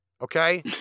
Okay